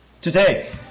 Today